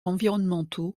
environnementaux